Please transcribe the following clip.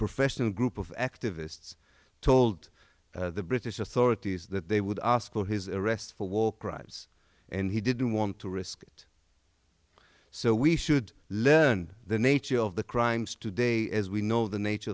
professional group of activists told the british authorities that they would ask for his arrest for war crimes and he didn't want to risk it so we should learn the nature of the crimes today as we know the nature